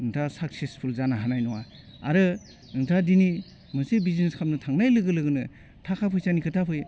नोंथाङा साक्सेसफुल जानो हानाय नङा आरो नोंथाङा दिनै मोनसे बिजनेस खालामनो थांनाय लोगो लोगोनो थाखा फैसानि खोथा फैयो